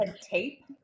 tape